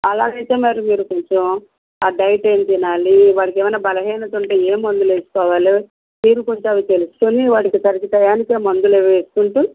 అలాగైతే మీరు మీరు కొంచెం ఆ డైట్ ఏమి తినాలి వాడికేమన్నా బలహీనత ఉంటే ఏమి మందులు వేసుకోవాలో మీరు కొంచెం అవి తెలుసుకొని వాడికి కరెక్ట్ టైంకి మందులు అవి ఇస్తుంటే